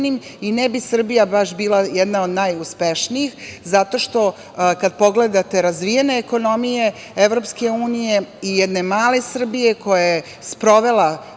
i ne bi Srbija baš bila jedna od najuspešnijih, zato što kad pogledate razvijenije ekonomije EU i jedne male Srbije koja je sprovela